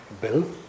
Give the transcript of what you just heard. bill